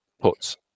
puts